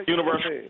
Universal